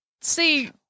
see